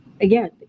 again